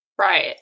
right